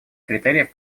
критериев